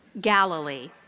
Galilee